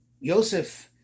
Yosef